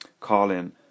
call-in